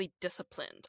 disciplined